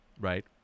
right